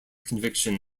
conviction